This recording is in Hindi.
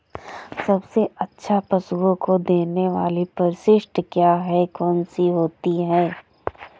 सबसे अच्छा पशुओं को देने वाली परिशिष्ट क्या है? कौन सी होती है?